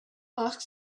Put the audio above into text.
ask